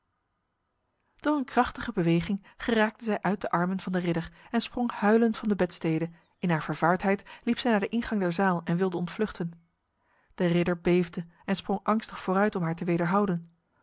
een krachtige beweging geraakte zij uit de armen van de ridder en sprong huilend van de bedstede in haar vervaardheid liep zij naar de ingang der zaal en wilde ontvluchten de ridder beefde en sprong angstig vooruit om haar te